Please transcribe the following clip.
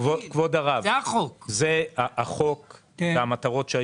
על-פי החוק הוא אמור להציג את תקציב בנק ישראל.